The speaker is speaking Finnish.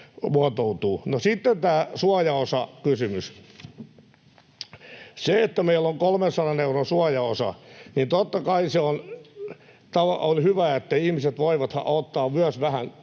sitten tämä suojaosakysymys. Kun meillä on 300 euron suojaosa, niin totta kai on hyvä, että ihmiset voivat ottaa myös vähän työtä